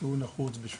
מה השתנה?